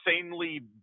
insanely